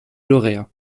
lauréat